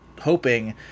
hoping